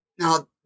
Now